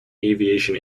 aviation